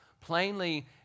plainly